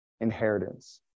inheritance